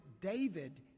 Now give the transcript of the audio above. David